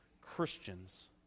Christians